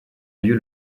lieu